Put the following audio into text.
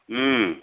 ओम